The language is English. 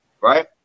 right